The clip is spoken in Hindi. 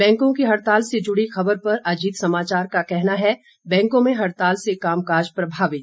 बैंकों की हड़ताल से जुड़ी खबर पर अजीत समाचार का कहना है बैंकों में हड़ताल से कामकाज प्रभावित